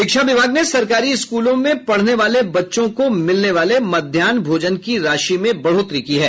शिक्षा विभाग ने सरकारी स्कूलों में पढ़ने वाले बच्चों को मिलने वाले मध्याहन भोजन की राशि में बढ़ोतरी की है